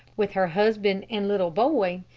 with her husband and little boy,